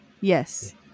Yes